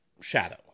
shadow